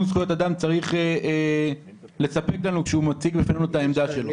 זכויות אדם צריך לספק לנו כשהוא מציק את העמדה שלו.